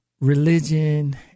religion